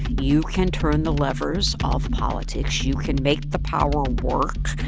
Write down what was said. you can turn the levers of politics. you can make the power work.